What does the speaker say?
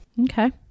Okay